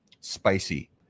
spicy